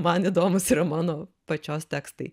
man įdomūs ir mano pačios tekstai